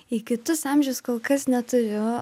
į kitus amžius kol kas neturiu